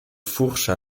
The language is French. fourche